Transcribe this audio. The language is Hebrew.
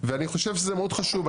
ואני חושב שזה מאוד חשוב.